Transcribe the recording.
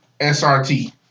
SRT